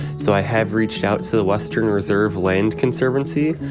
so i have reached out to the western reserve land conservancy,